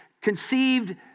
conceived